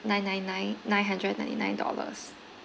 nine nine nine nine hundred ninety nine dollars